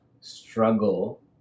struggle